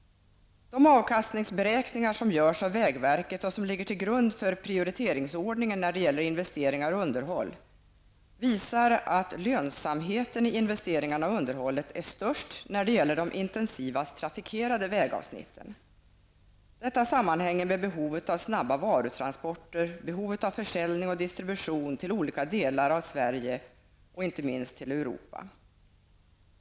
De avkastningsberäkningar som görs av vägverket och som ligger till grund för prioriteringsordningen när det gäller investeringar och underhåll visar att lönsamheten i investeringarna och underhållet är störst när det gäller de intensivast trafikerade vägavsnitten. Detta sammanhänger med behovet av snabba varutransporter, behovet av försäljning och distribution till olika delar av Sverige och inte minst till Europa.